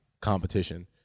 competition